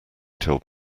told